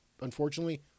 unfortunately